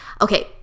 Okay